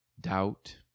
doubt